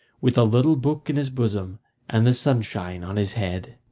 with the little book in his bosom and the sunshine on his head.